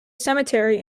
cemetery